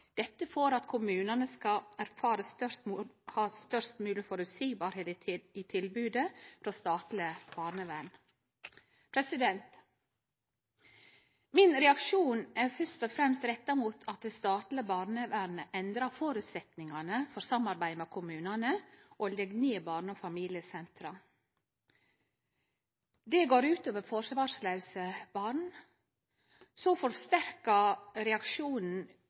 Dette for at kommunene skal erfare størst mulig forutsigbarhet i tilbudet fra statlig barnevern.» Min reaksjon er først og fremst retta mot at det statlege barnevernet endrar føresetnadene for samarbeidet mellom kommunane og legg ned barne- og familiesentera. Det går ut over forsvarslause barn.